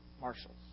marshals